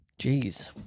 Jeez